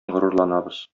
горурланабыз